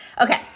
Okay